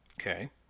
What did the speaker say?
okay